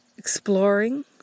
Exploring